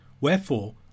Wherefore